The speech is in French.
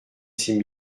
six